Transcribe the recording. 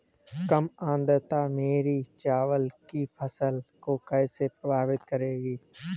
कम आर्द्रता मेरी चावल की फसल को कैसे प्रभावित करेगी?